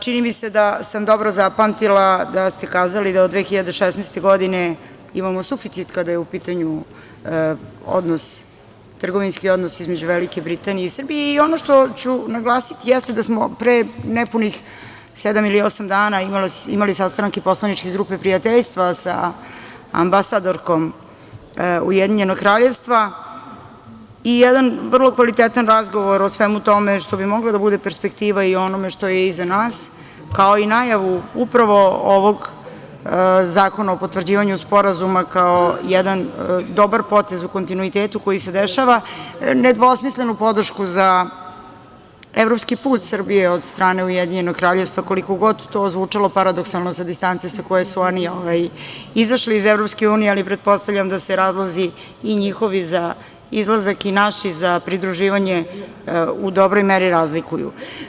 Čini mi se da sam dobro zapamtila da ste kazali da od 2016. godine imamo suficit kada je u pitanju odnos, trgovinski odnos između Velike Britanije i Srbije, i ono što ću naglasiti jeste da smo pre nepunih sedam ili osam dana imali sastanak poslaničke grupe prijateljstva sa ambasadorkom Ujedinjenog Kraljevstva i jedan vrlo kvalitetan razgovor o svemu tome što bi mogla da bude perspektiva i u onome što je iza nas, kao i najavu upravo ovog zakona o potvrđivanju sporazuma, kao jedan dobar potez u kontinuitetu koji se dešava, nedvosmislenu podršku za evropski put Srbije od strane Ujedinjenog Kraljevstva koliko god to zvučalo paradoksalno sa distance sa koje su oni izašli iz EU, ali pretpostavljam da se razlozi i njihovi za izlazak i naši za pridruživanje u dobroj meri razlikuju.